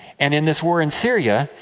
and in this war in syria,